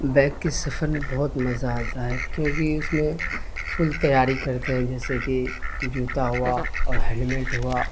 back کے سفر میں بہت مزہ آتا ہے کیوںکہ اس میں فل تیاری کرتے ہیں جیسے کہ جوتا ہوا اور ہیلمیٹ ہوا